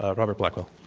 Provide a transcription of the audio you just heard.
ah robert blackwill.